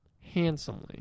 handsomely